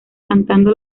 cantando